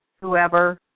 whoever